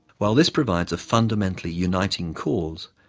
while this provides a fundamentally uniting cause,